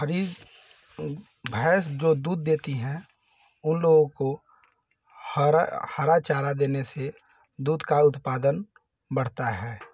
हरी भैंस जो दूध देती है उन लोगों को हरा हरा चारा देने से दूध का उत्पादन बढ़ता है